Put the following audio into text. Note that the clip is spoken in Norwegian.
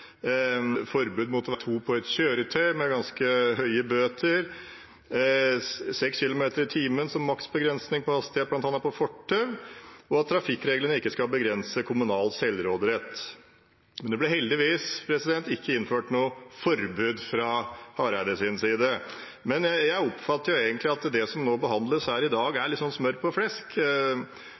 forbud mot å være to på ett kjøretøy, med ganske høye bøter, 6 km/t som maksbegrensning på hastighet bl.a. på fortau, og at trafikkreglene ikke skal begrense kommunal selvråderett. Det ble heldigvis ikke innført noe forbud fra Hareides side. Jeg oppfatter egentlig at det som behandles her i dag, er litt sånn smør på flesk,